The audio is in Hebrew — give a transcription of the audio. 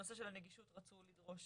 הנושא של הנגישות רצו לדרוש